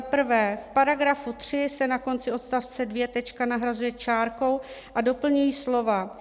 V § 3 se na konci odstavce 2 tečka nahrazuje čárkou a doplňují slova